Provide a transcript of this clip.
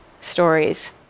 stories